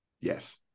yes